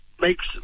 makes